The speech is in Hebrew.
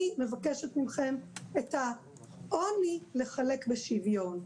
אני מבקשת מכם את העוני לחלק בשוויון,